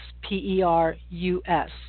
P-E-R-U-S